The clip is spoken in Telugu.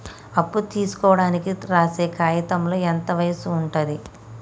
అప్పు తీసుకోనికి రాసే కాయితంలో ఎంత వయసు ఉంటది?